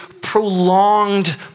prolonged